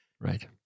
right